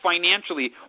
financially